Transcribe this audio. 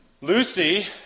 Lucy